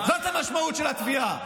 זאת המשמעות של התביעה.